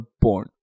born